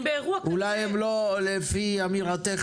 אם באירוע כזה --- אולי לא לפי אמירתך,